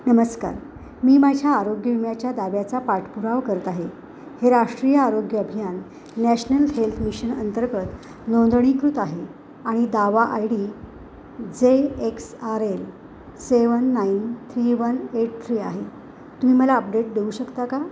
नमस्कार मी माझ्या आरोग्य विम्याच्या दाव्याचा पाठपुरावा करत आहे हे राष्ट्रीय आरोग्य अभियान नॅशनल हेल्थ मिशन अंतर्गत नोंदणीकृत आहे आणि दावा I D J X R L seven nine three one eight three आहे तुम्ही मला अपडेट देऊ शकता का